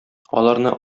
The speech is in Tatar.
аларны